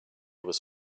was